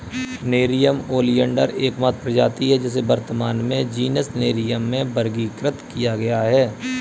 nerium oleander एकमात्र प्रजाति है जिसे वर्तमान में जीनस नेरियम में वर्गीकृत किया गया है